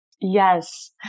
Yes